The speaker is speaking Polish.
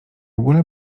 ogóle